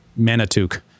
Manitouk